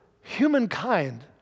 humankind